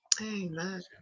Amen